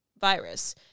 virus